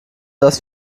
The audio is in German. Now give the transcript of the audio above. das